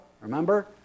Remember